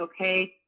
okay